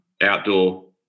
outdoor